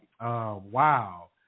wow